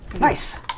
Nice